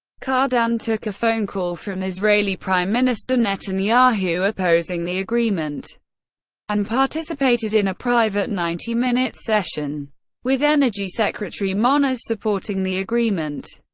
cardin took a phone call from israeli prime minister netanyahu opposing the agreement and participated in a private ninety minute session with energy secretary moniz supporting the agreement.